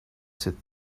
sit